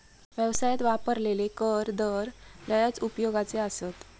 व्यवसायात वापरलेले कर दर लयच उपयोगाचे आसत